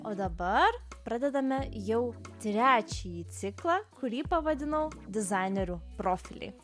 o dabar pradedame jau trečiąjį ciklą kurį pavadinau dizainerių profilį